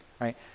right